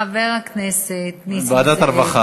חבר הכנסת נסים זאב,